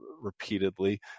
repeatedly